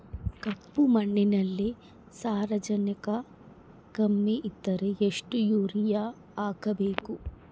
ಕಪ್ಪು ಮಣ್ಣಿನಲ್ಲಿ ಸಾರಜನಕ ಕಮ್ಮಿ ಇದ್ದರೆ ಎಷ್ಟು ಯೂರಿಯಾ ಹಾಕಬೇಕು?